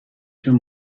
tüm